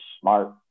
smart